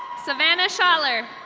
samana shaller.